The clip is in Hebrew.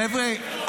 חבר'ה,